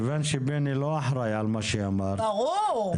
לא אחראי על מה שאמרת ברור,